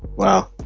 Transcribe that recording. wow.